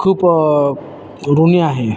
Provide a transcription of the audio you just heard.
खूप ऋणी आहे